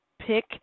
pick